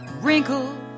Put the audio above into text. wrinkled